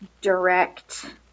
direct